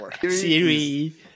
Siri